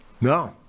No